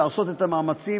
לעשות את המאמצים,